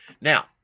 Now